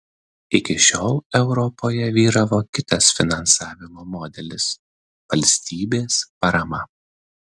iki šiol europoje vyravo kitas finansavimo modelis valstybės parama